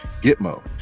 Gitmo